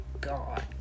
God